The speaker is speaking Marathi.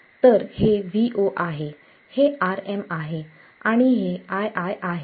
तर हे Vo आहे हे Rm आहे आणि हे ii आहे